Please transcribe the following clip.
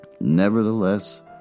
Nevertheless